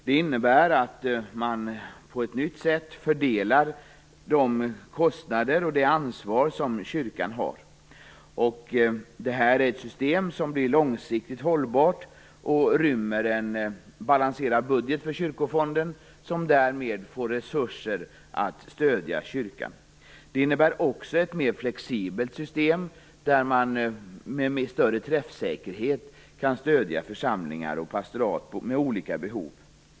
Det innebär att man på ett nytt sätt fördelar de kostnader och det ansvar som kyrkan har. Det är ett system som blir långsiktigt hållbart och rymmer en balanserad budget för Kyrkofonden, som därmed får resurser att stödja kyrkan. Det innebär också ett mer flexibelt system, där man med större träffsäkerhet kan stödja församlingar och pastorat med olika behov.